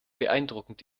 beeindruckend